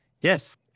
yes